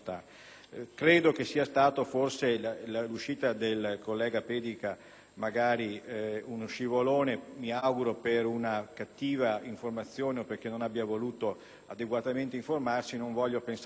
stata uno scivolone - mi auguro - per una cattiva informazione o perché non abbia voluto adeguatamente informarsi; non voglio pensare il contrario perché sarebbe particolarmente grave. *(Applausi